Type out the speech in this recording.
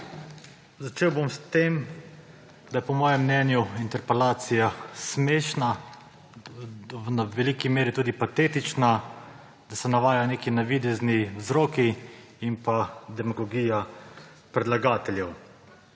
Začel bom s tem, da je po mojem mnenju interpelacija smešna, v veliki meri tudi patetična, da se navajajo neki navidezni vzroki in demagogija predlagateljev.